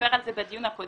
דיבר על זה בדיון הקודם.